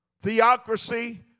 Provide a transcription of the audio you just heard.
Theocracy